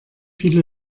viele